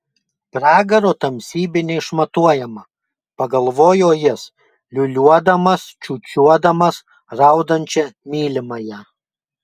pragaro tamsybė neišmatuojama pagalvojo jis liūliuodamas čiūčiuodamas raudančią mylimąją